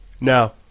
Now